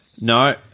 No